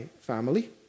family